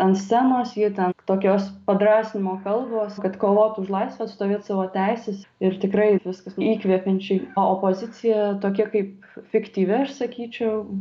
ant scenos jie ten tokios padrąsinimo kalbos kad kovot už laisvę atstovėt savo teises ir tikrai viskas įkvepiančiai o opozicija tokia kaip fiktyvi aš sakyčiau